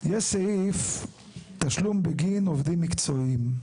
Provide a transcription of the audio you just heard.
יש סעיף תשלום בגין עובדים מקצועיים.